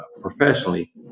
professionally